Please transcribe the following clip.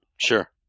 Sure